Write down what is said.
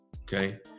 okay